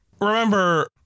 remember